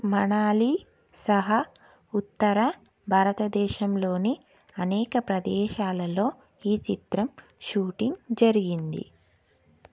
మనాలి సహా ఉత్తర భారతదేశంలోని అనేక ప్రదేశాలలో ఈ చిత్రం షూటింగ్ జరిగింది